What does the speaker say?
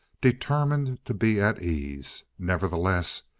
determined to be at ease. nevertheless,